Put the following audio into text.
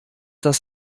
das